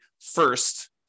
first